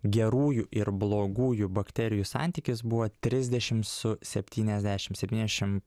gerųjų ir blogųjų bakterijų santykis buvo trisdešim su septyniasdešim septyniašim